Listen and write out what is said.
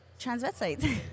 Transvestites